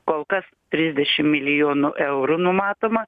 kol kas trisdešim milijonų eurų numatoma